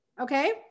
Okay